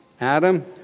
Adam